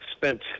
spent